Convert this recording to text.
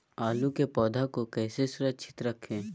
आलू के पौधा को कैसे सुरक्षित रखें?